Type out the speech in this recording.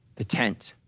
the tent,